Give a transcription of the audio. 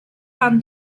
pan